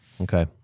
Okay